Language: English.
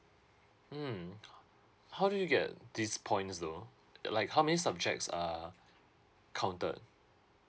mm h~ how do you get these points though like how many subjects are counted